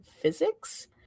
physics